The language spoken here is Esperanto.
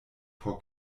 por